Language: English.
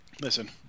Listen